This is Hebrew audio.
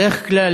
בדרך כלל,